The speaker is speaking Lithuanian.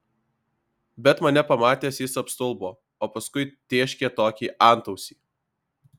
bet mane pamatęs jis apstulbo o paskui tėškė tokį antausį